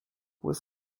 was